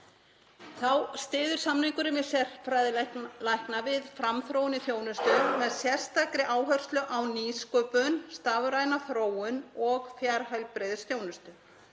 Þá styður samningurinn við sérfræðilækna við framþróun í þjónustu með sérstakri áherslu á nýsköpun, stafræna þróun og fjarheilbrigðisþjónustu.